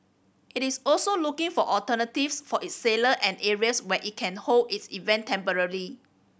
it is also looking for alternatives for its sailor and areas where it can hold its event temporarily